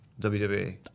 WWE